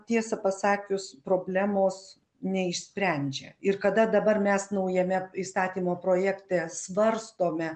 tiesą pasakius problemos neišsprendžia ir kada dabar mes naujame įstatymo projekte svarstome